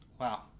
wow